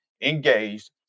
engaged